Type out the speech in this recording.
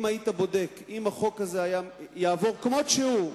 אם החוק הזה יעבור כמו שהוא,